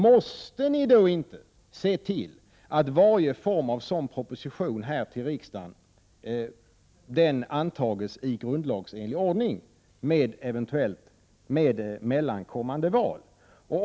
Måste ni då inte se till att varje sådan proposition till riksdagen antas i grundlagsenlig ordning, med mellankommande val?